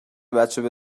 بچه